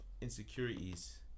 insecurities